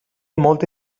molta